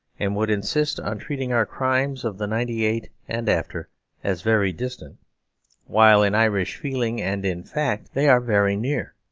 and would insist on treating our crimes of the ninety eight and after as very distant while in irish feeling, and in fact, they are very near.